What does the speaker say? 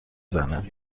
زنه